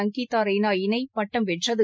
அங்கிதா ரெய்னாஇணை பட்டம் வென்றது